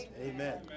Amen